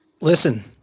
Listen